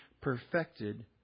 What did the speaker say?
perfected